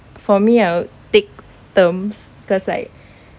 for me I would take terms cause like